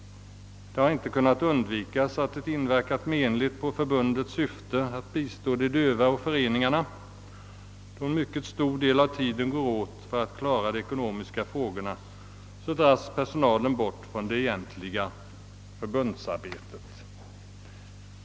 Det har inte kunnat undvikas att det inverkat menligt på förbundets syfte att bistå de döva och föreningarna. Då en mycket stor del av tiden går åt för att klara de ekonomiska frågorna, dras personalen bort från det egentliga förbundsarbetet.